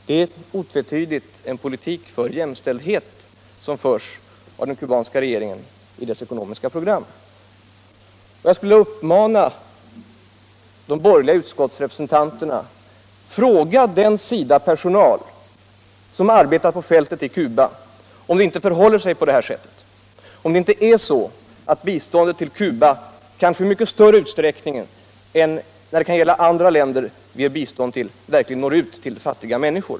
Det är otvetydigt en politik för jämställdhet som förs av den kubanska regeringen genom dess ekonomiska program. Jag skulle vilja uppmana de borgerliga utskottsrepresentanterna: Fråga den SIDA-personal som arbetar på fältet i Cuba, om det inte förhåller sig på detta sätt: om det inte är så att biståndet till Cuba, kanske i mycket större utsträckning än andra länder som Sverige ger bistånd till, verkligen når ut till fattiga människor.